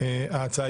ההצעה